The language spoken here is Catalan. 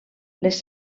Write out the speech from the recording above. les